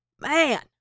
Man